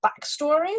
backstories